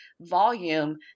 volume